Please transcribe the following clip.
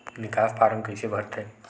निकास फारम कइसे भरथे?